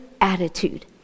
attitude